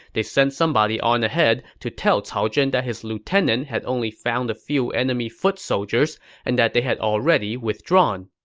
they sent someone on ahead to tell cao zhen that his lieutenant had only found a few enemy foot soldiers and that they had already withdrawn.